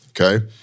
okay